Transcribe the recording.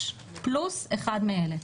ואחד מאלה.